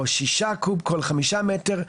או 6 קוב כל חמישה מטר.